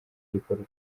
gikorwa